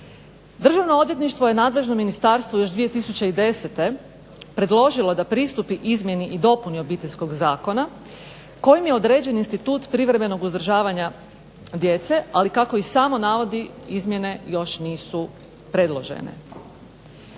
Državno odvjetništvo je nadležnom ministarstvu još 2010. predložilo da pristupi izmjeni i dopuni Obiteljskog zakona kojim je određen institut privremenog uzdržavanja djece ali kako i samo navodi, izmjene još nisu predložene.